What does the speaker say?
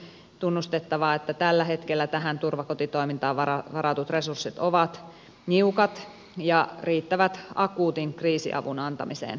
on kuitenkin tunnustettava että tällä hetkellä tähän turvakotitoimintaan varatut resurssit ovat niukat ja riittävät akuutin kriisiavun antamiseen turvakodissa